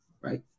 right